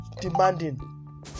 demanding